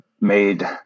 made